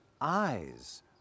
eyes